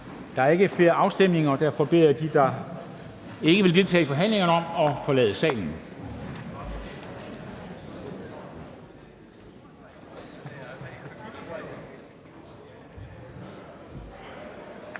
Der er ikke flere afstemninger, og derfor beder jeg dem, der ikke vil deltage i forhandlingerne, om at forlade salen.